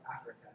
Africa